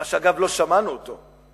מה שאגב לא שמענו מנו,